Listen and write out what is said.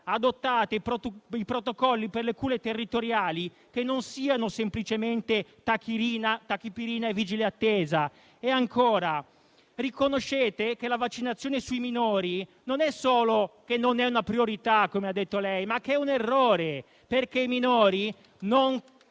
adottare i protocolli per le cure territoriali che non siano semplicemente tachipirina e vigile attesa e di riconoscere che la vaccinazione sui minori non solo non è una priorità, come ha detto lei, ma è un errore, perché i minori non